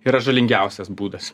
yra žalingiausias būdas